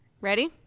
Ready